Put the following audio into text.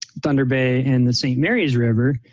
thunder bay and the saint mary's river.